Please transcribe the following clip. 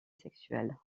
sexuelle